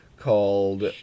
Called